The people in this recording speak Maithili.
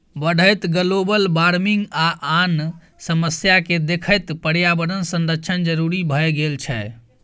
बढ़ैत ग्लोबल बार्मिंग आ आन समस्या केँ देखैत पर्यावरण संरक्षण जरुरी भए गेल छै